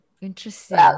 interesting